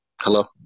hello